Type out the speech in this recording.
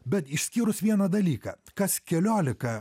bet išskyrus vieną dalyką kas keliolika